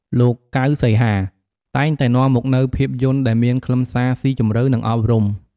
លោក កៅ សីហា តែងតែនាំមកនូវភាពយន្តដែលមានខ្លឹមសារស៊ីជម្រៅ និងអប់រំ។